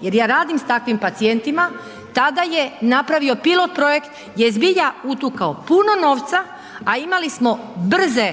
jer ja radim sa takvim pacijentima, tada je napravio pilot projekt gdje je zbilja utukao puno novca a imali smo brze,